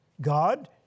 God